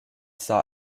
saw